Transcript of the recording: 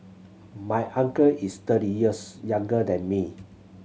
my uncle is thirty years younger than me